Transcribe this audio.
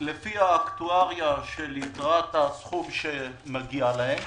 לפי האקטואריה של יתרת הסכום שמגיעה להם